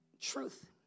Truth